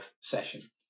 session